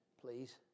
please